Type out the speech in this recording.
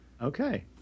Okay